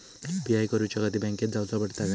UPI करूच्याखाती बँकेत जाऊचा पडता काय?